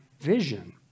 vision